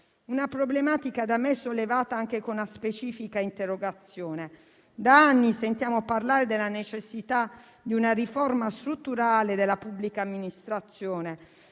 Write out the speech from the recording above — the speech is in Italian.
una problematica da me sollevata anche con una specifica interrogazione. Da anni sentiamo parlare della necessità di una riforma strutturale della pubblica amministrazione,